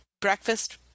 breakfast